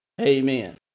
Amen